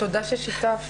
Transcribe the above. תודה ששיתפת.